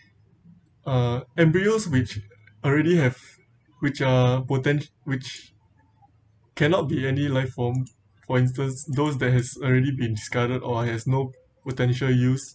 uh embryos which already have which are potent~ which cannot be any life form for instance those that has already been scarred or has no potential use